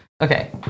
Okay